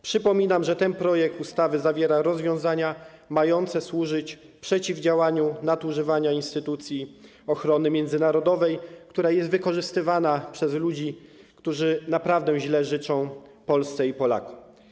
Przypominam, że ten projekt ustawy zawiera rozwiązania mające służyć przeciwdziałaniu nadużywania instytucji ochrony międzynarodowej, która jest wykorzystywana przez ludzi, którzy naprawdę źle życzą Polsce i Polakom.